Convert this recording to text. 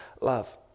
love